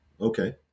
Okay